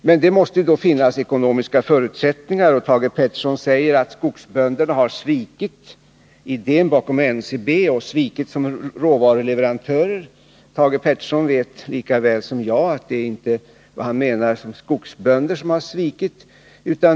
Men det måste då finnas ekonomiska förutsättningar. Thage Peterson säger att skogsbönderna som råvaruleverantörer har svikit idén bakom NCB. Thage Peterson vet lika väl som jag att det inte är vad han kallar skogsbönderna som har svikit.